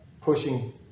pushing